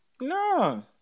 No